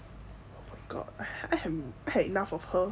god I've had enough of her